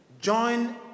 join